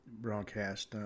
broadcast